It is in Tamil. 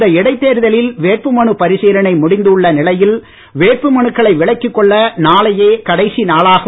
இந்த இடைத்தேர்தலில் வேட்பு மனு பரிசீலனை முடிந்து உள்ள நிலையில் வேட்புமனுக்களை விலக்கிக் கொள்ள நாளையே கடைசி நாளாகும்